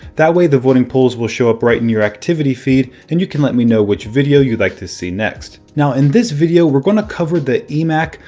that way the voting polls will show up right in your activity feed and you can let me know which video you'd like to see next. now in this video we're going to cover the emac,